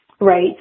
right